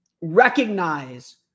recognize